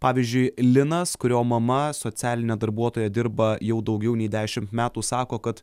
pavyzdžiui linas kurio mama socialine darbuotoja dirba jau daugiau nei dešim metų sako kad